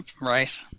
right